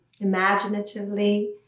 imaginatively